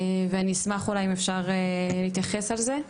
ואני אשמח אולי אם אפשר להתייחס לזה.